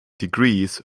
degrees